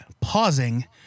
pausing